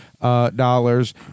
dollars